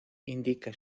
indica